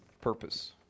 Purpose